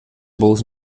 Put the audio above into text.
bolos